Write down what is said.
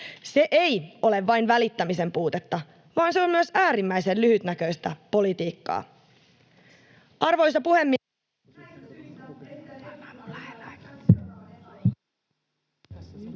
Se ei ole vain välittämisen puutetta, vaan se on myös äärimmäisen lyhytnäköistä politiikkaa. Arvoisa puhemies!